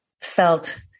felt